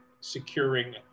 securing